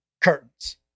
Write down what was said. curtains